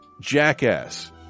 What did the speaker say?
Jackass